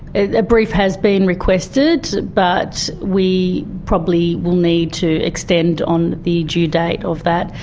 a brief has been requested but we probably will need to extend on the due date of that.